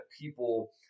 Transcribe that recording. people